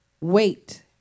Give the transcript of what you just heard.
Wait